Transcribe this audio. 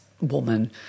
woman